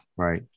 Right